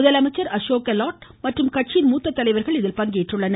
முதலமைச்சர் அசோக் கெலாட் மற்றும் கட்சியின் மூத்த தலைவர்கள் இதில் பங்கேற்றுள்ளனர்